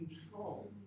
control